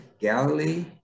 Galilee